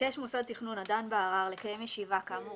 ביקש מוסד תכנון הדן בערר לקיים ישיבה, כאמור